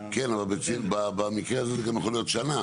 כן, אבל במקרה הזה זה גם יכול להיות שנה.